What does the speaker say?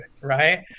right